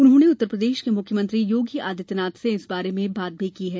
उन्होंने उत्तरप्रदेश के मुख्यमंत्री योगी आदित्यनाथ से इस बारे में बात भी की है